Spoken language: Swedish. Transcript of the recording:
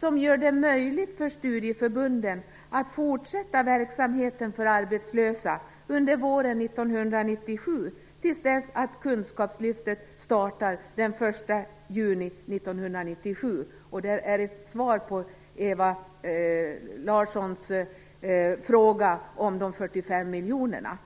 som gör det möjligt för studieförbunden att fortsätta verksamheten för arbetslösa under våren 1997, tills Kunskapslyftet startar den 1 juni 1997 - detta sagt som svar på Ewa Larssons fråga om de 45 miljonerna.